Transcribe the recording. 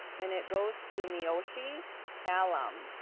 and it goes to meoshi hallom.